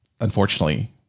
unfortunately